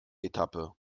etappe